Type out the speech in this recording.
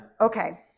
Okay